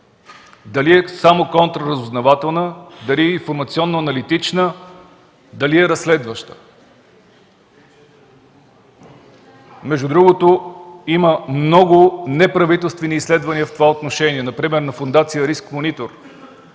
дали е само контраразузнавателна, дали е информационно-аналитична, дали е разследваща. Между другото, има много неправителствени изследвания в това отношение, например на Фондация „Риск Монитор”,